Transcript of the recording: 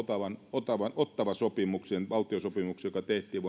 ottawan ottawan valtiosopimukseen joka tehtiin